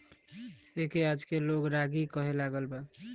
एके आजके लोग रागी कहे लागल बा